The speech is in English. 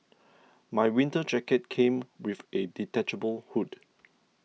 my winter jacket came with a detachable hood